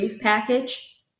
package